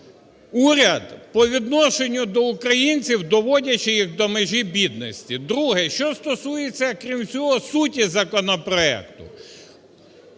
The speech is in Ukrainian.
уряд по відношенню до українців, доводячи їх до межі бідності. Друге, що стосується, крім цього, суті законопроекту.